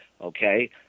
Okay